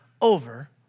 over